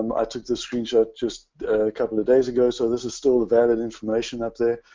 um i took this screen shot just a couple of days ago. so this is still the valid information up there.